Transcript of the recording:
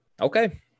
Okay